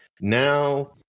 now